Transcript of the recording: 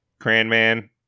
Cranman